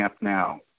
now